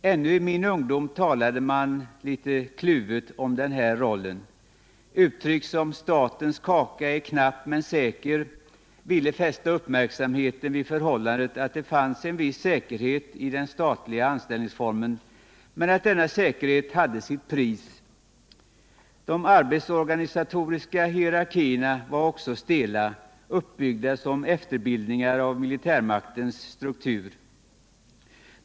Ännu i min ungdom talade man litet kluvet om denna roll. Uttryck som ”statens kaka är knapp men säker” ville fästa uppmärksamheten på förhållandet, att det fanns en viss säkerhet i den statliga anställningsformen men att denna säkerhet hade sitt pris. De arbetsorganisatoriska hierarkierna var också stela, uppbyggda som efterbildningar av militärmaktens struktur.